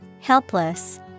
Helpless